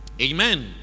Amen